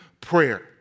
prayer